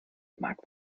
mag